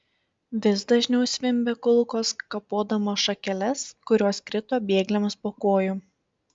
vis dažniau zvimbė kulkos kapodamos šakeles kurios krito bėgliams po kojų